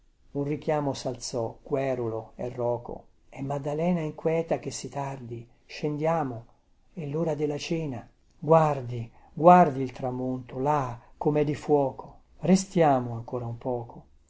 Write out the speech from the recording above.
un richiamo salzò querulo e rco è maddalena inqueta che si tardi scendiamo è lora della cena guardi guardi il tramonto là comè di fuoco restiamo ancora un poco